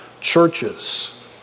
churches